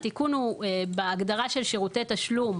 התיקון הוא בהגדרה של שירותי תשלום,